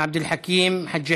עבד אל חכים חאג'